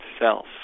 self